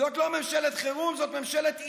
זאת לא ממשלת חירום, זאת ממשלת איום,